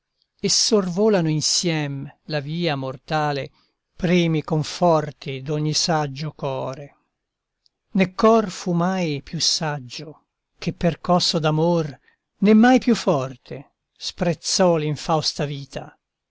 e sorvolano insiem la via mortale primi conforti d'ogni saggio core né cor fu mai più saggio che percosso d'amor né mai più forte sprezzò l'infausta vita